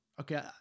okay